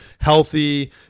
healthy